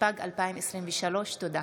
התשפ"ג 2023. תודה.